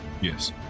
Yes